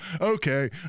okay